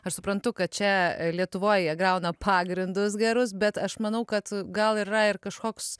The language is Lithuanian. aš suprantu kad čia lietuvoj jie griauna pagrindus gerus bet aš manau kad gal ir yra ir kažkoks